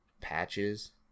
Patches